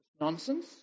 nonsense